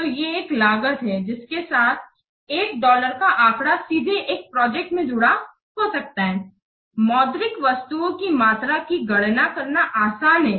तो ये एक लागत है जिसके साथ एक डॉलर का आंकड़ा सीधे एक प्रोजेक्ट में जुड़ा हो सकता है मौद्रिक वस्तुओं की मात्रा की गणना करना आसान है